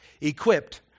equipped